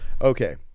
Okay